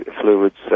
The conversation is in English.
fluids